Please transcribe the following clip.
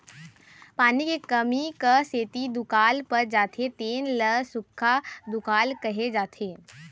पानी के कमी क सेती दुकाल पर जाथे तेन ल सुक्खा दुकाल कहे जाथे